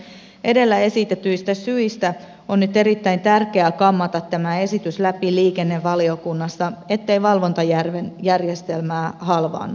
edellä esitetyistä syistä on nyt erittäin tärkeää kammata tämä esitys läpi liikennevaliokunnassa ettei valvontajärjestelmää halvaannuteta